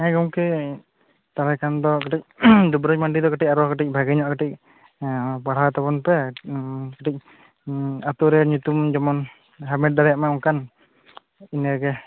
ᱦᱮᱸ ᱜᱚᱝᱠᱮ ᱛᱟᱦᱚᱞᱮ ᱠᱷᱚᱱ ᱫᱚ ᱠᱟᱹᱴᱤᱡ ᱫᱩᱵᱩᱨᱟᱡ ᱢᱟᱱᱰᱤ ᱫᱚ ᱟᱨᱚ ᱠᱟᱹᱴᱤᱡ ᱵᱷᱟᱹᱜᱤ ᱧᱚᱜ ᱯᱟᱲᱦᱟᱣ ᱮ ᱛᱟᱵᱚᱱ ᱯᱮ ᱠᱟᱹᱴᱤᱡ ᱟᱹᱛᱩ ᱨᱮ ᱧᱩᱛᱩᱢ ᱡᱮᱢᱚᱱ ᱦᱟᱢᱮᱴ ᱫᱟᱲᱮᱭᱟᱜ ᱢᱟᱭ ᱚᱱᱠᱟ ᱤᱱᱟᱹᱜᱮ